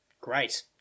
great